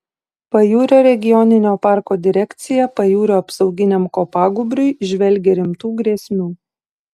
pajūrio regioninio parko direkcija pajūrio apsauginiam kopagūbriui įžvelgia rimtų grėsmių